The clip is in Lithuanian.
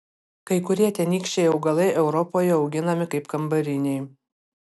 kai kurie tenykščiai augalai europoje auginami kaip kambariniai